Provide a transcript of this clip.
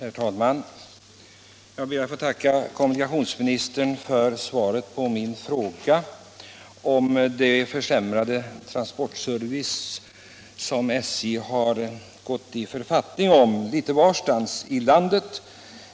Herr talman! Jag ber att få tacka kommunikationsministern för svaret på min fråga om den försämring av SJ:s transportservice som skett litet varstans i landet.